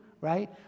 right